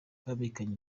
bambikaniye